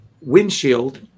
windshield